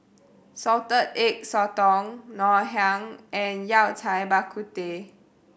Salted Egg Sotong Ngoh Hiang and Yao Cai Bak Kut Teh